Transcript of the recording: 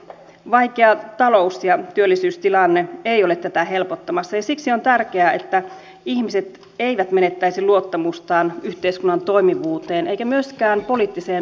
vaikea talous ja työllisyystilanne ei ole tätä helpottamassa ja siksi on tärkeää että ihmiset eivät menettäisi luottamustaan yhteiskunnan toimivuuteen eivätkä myöskään poliittiseen päätöksentekoon